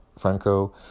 Franco